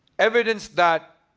evidence that